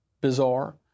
bizarre